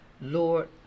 Lord